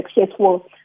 successful